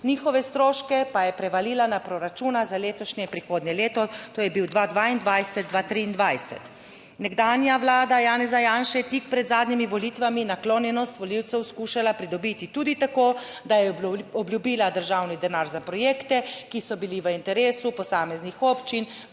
njihove stroške pa je prevalila na proračuna za letošnje prihodnje leto. To je bil 2022-2023. Nekdanja vlada Janeza Janše je tik pred zadnjimi volitvami naklonjenost volivcev skušala pridobiti tudi tako, da je obljubila državni denar za projekte, ki so bili v interesu posameznih občin,